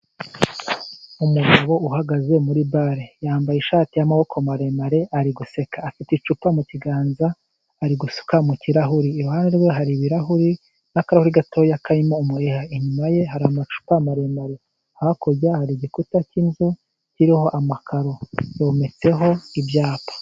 Umugabo uhagaze muri bare, yambaye ishati y'amaboko maremare, ari guseka, afite icupa mu kiganza, ari gusuka mu kirahuri. Iruhande rwe hari ibirahuri n'akarahuri gatoya karimo umuheha, inyuma ye hari amacupa maremare, hakurya hari igikuta cy'inzu kiriho amakaro yometseho ibyapa.